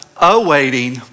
awaiting